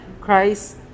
Christ